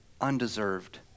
undeserved